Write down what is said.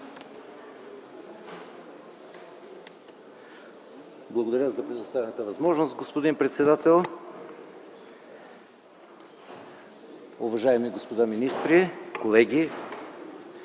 Благодаря за предоставената възможност, господин председател. Уважаеми господа министри, колеги,